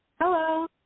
Hello